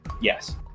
Yes